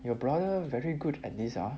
your brother very good at this ah